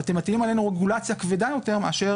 אתם מטילים עלינו רגולציה כבדה יותר מאשר